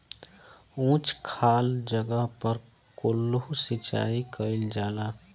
उच्च खाल जगह पर कोल्हू सिचाई कइल जाला